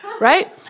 right